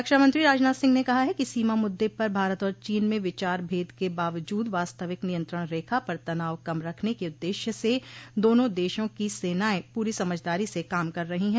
रक्षामंत्री राजनाथ सिंह ने कहा है कि सीमा मुद्दे पर भारत और चीन में विचार भेद के बावजूद वास्तविक नियंत्रण रेखा पर तनाव कम रखने के उद्देश्य से दोनों देशों की सेनाएं पूरी समझदारी से काम कर रही हैं